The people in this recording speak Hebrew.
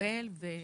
פועל ונמשך,